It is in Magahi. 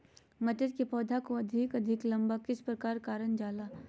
मटर के पौधा को अधिक से अधिक लंबा किस प्रकार कारण जाला?